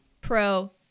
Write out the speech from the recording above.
pro